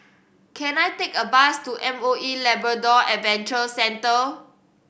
can I take a bus to M O E Labrador Adventure Centre